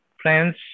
friends